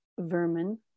Vermin